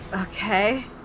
Okay